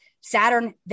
Saturn